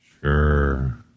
Sure